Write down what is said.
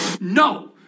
No